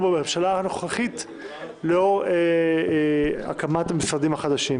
בממשלה הנוכחית לאור הקמת המשרדים החדשים.